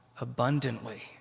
abundantly